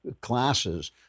classes